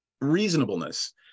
reasonableness